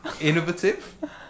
Innovative